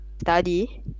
study